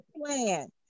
plan